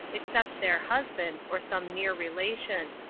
except their husband, or some near relation.